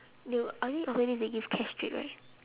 you I mean after this they give cash straight right